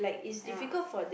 ya